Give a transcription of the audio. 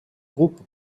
groupes